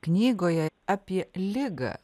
knygoje apie ligą